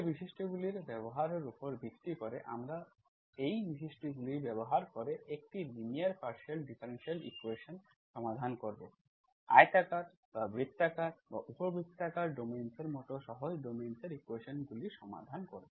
এই বৈশিষ্ট্যগুলির ব্যবহারের উপর ভিত্তি করে আমরা এই বৈশিষ্ট্যগুলি ব্যবহার করে একটি লিনিয়ার পার্শিয়াল ডিফারেনশিয়াল ইকুয়েশন্ সমাধান করব আয়তাকার বা বৃত্তাকার বা উপবৃত্তাকার ডোমেইন্স এর মতো সহজ ডোমেইন্স এর ইকুয়েশন্সগুলি সমাধান করব